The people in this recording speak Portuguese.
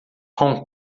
hong